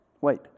wait